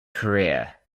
career